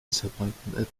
disappointment